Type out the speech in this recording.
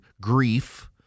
grief